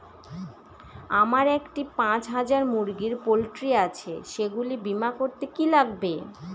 আমার একটি পাঁচ হাজার মুরগির পোলট্রি আছে সেগুলি বীমা করতে কি লাগবে?